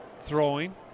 throwing